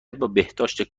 بهداشت